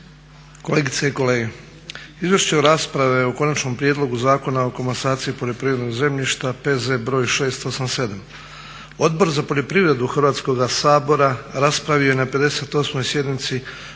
kolegice i kolege. …/Ne razumije se./… rasprava o Konačnom prijedlogu zakona o komasaciji poljoprivrednog zemljišta, P.Z. br. 687. Odbor za poljoprivredu Hrvatskog sabora raspravio je na 58. sjednici